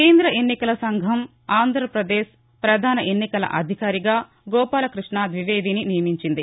కేంద ఎన్నికల సంఘం ఆంధ్రపదేశ్ పధాన ఎన్నికల అధికారిగా గోపాలకృష్ణ ద్వివేదిని నియమించింది